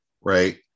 Right